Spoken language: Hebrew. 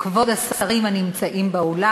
כבוד השרים הנמצאים באולם,